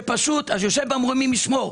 והיושב במרומים ישמור.